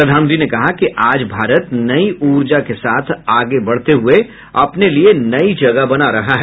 प्रधानमंत्री ने कहा कि आज भारत नई ऊर्जा के साथ आगे बढ़ते हुए अपने लिए नई जगह बना रहा है